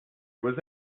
was